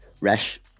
rash